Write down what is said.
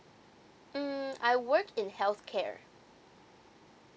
mm I work in healthcare